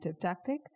tactic